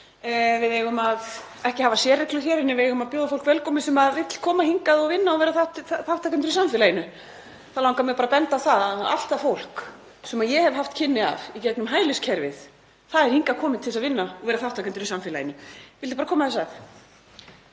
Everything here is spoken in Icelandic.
við eigum að ekki að hafa sérreglur hér inni. Við eigum að bjóða fólk velkomið sem vill koma hingað og vinna og vera þátttakendur í samfélaginu. Þá langar mig bara að benda á að allt það fólk sem ég hef haft kynni af í gegnum hælisleitendakerfið er hingað komið til að vinna og vera þátttakendur í samfélaginu. SPEECH_END ---